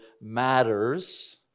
matters